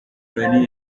loni